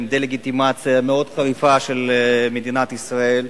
עם דה-לגיטימציה מאוד חריפה של מדינת ישראל.